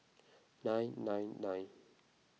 nine nine nine